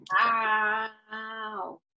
Wow